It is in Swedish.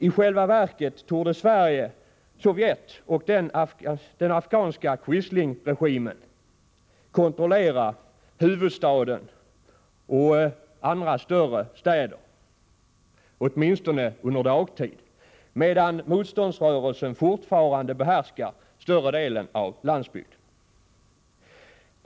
I själva verket torde Sovjet och den afghanska quislingregimen kontrollera huvudstaden och andra större städer åtminstone under dagtid, medan motståndsrörelsen fortfarande behärskar större delen av landsbygden.